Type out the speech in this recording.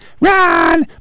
run